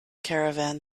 caravan